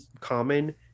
common